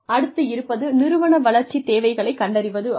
அடுத்து இருப்பது நிறுவன வளர்ச்சி தேவைகளைக் கண்டறிவதாகும்